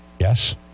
Yes